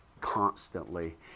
constantly